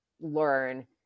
learn